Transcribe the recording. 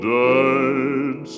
died